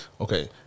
Okay